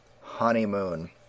Honeymoon